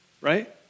right